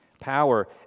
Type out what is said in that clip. power